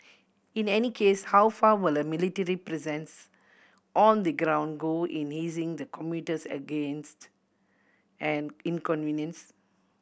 in any case how far will a military presence on the ground go in easing the commuter's angst and inconvenience